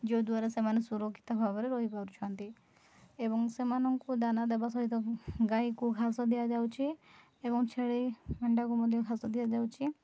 ଯେଉଁ ଦ୍ୱାରା ସେମାନେ ସୁରକ୍ଷିତ ଭାବରେ ରହିପାରୁଛନ୍ତି ଏବଂ ସେମାନଙ୍କୁ ଦାନା ଦେବା ସହିତ ଗାଈକୁ ଘାସ ଦିଆଯାଉଛି ଏବଂ ଛେଳି ମେଣ୍ଢାକୁ ମଧ୍ୟ ଘାସ ଦିଆଯାଉଛି